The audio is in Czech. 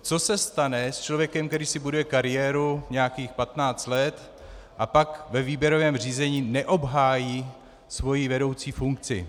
Co se stane s člověkem, který si buduje kariéru nějakých patnáct let a pak ve výběrovém řízení neobhájí svoji vedoucí funkci?